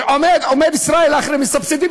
עומד ישראל אייכלר, מסבסדים.